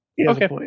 Okay